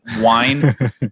wine